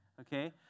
okay